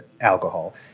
alcohol